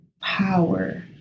power